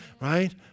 right